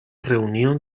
reunión